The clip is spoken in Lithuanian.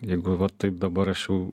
jeigu va taip dabar aš jau